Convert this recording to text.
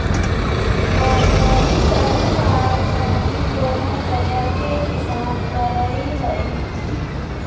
बागवानी शहरी आर ग्रामीण दोनो जगह के किसान करई हई,